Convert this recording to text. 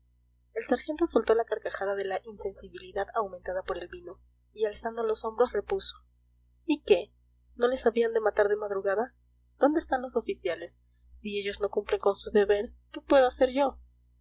el sargento soltó la carcajada de la insensibilidad aumentada por el vino y alzando los hombros repuso y qué no les habían de matar de madrugada dónde están los oficiales si ellos no cumplen con su deber qué puedo hacer yo